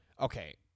Okay